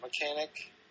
mechanic